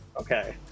Okay